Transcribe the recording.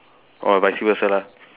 or vice versa lah